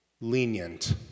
lenient